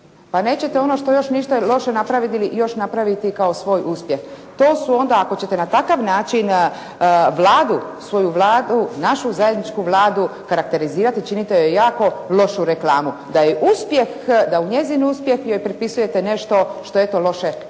Pa nećete ono što još niste loše napravili još napraviti kao svoj uspjeh. To su onda, ako ćete na takav način Vladu, svoju Vladu, našu zajedničku Vladu karakterizirate činite joj jako lošu reklamu. Da je uspjeh, da u njezin uspjeh joj pripisujete nešto što eto loše nije